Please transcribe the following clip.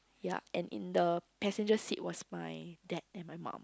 ya and in the passenger seat was my dad and my mum